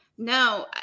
no